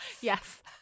Yes